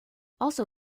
also